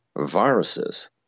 viruses